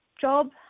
job